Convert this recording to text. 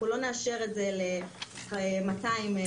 אנחנו לא נאשר את זה ל-200 נשים,